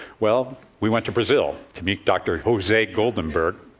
well, we went to brazil to meet dr. jose goldemberg.